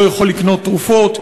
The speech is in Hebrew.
לא יכול לקנות תרופות,